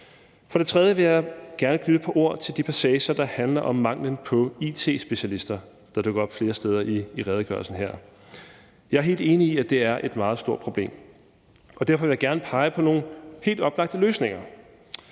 For det tredje vil jeg gerne knytte et par ord til de passager, der handler om manglen på it-specialister, der dukker op flere steder i redegørelsen her. Jeg er helt enig i, at det er et meget stort problem, og derfor vil jeg gerne pege på nogle helt oplagte løsninger.